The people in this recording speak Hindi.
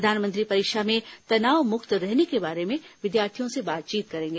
प्रधानमंत्री परीक्षा में तनावमुक्त रहने के बारे में विद्यार्थियों से बातचीत करेंगे